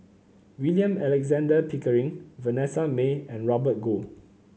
William Alexander Pickering Vanessa Mae and Robert Goh